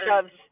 shoves